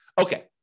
Okay